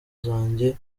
zanjye